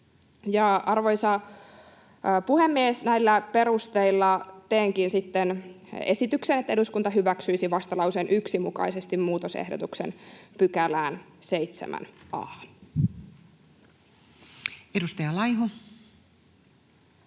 Arvoisa puhemies! Näillä perusteilla teenkin sitten esityksen, että eduskunta hyväksyisi vastalauseen 1 mukaisesti muutosehdotuksen 7 a §:ään.